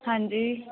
ਹਾਂਜੀ